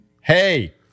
hey